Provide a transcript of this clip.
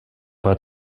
war